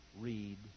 read